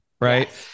right